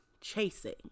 chasing